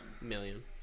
Million